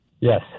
yes